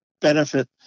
benefit